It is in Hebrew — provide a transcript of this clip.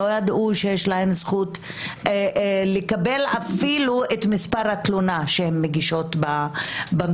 הן לא ידעו שיש להן זכות לקבל אפילו את מספר התלונה שהן מגישות במשטרה.